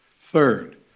Third